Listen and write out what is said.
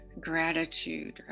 gratitude